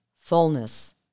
fullness